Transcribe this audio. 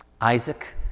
Isaac